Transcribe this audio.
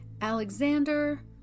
Alexander